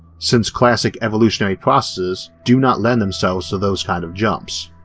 since classic evolutionary processes do not lend themselves to those kind of jumps.